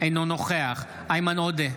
אינו נוכח איימן עודה,